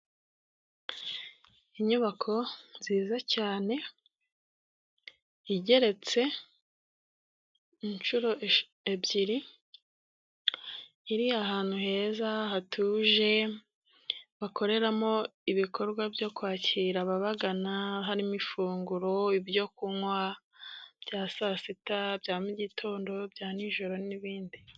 Inyubako nziza cyane, igeretse, inshuro ebyiri, iri ahantu heza, hatuje, bakoreramo ibikorwa byo kwakira ababagana, harimo ifunguro, ibyo kunywa, bya saa sita, bya mu gitondo, bya nijoro n'ibindi.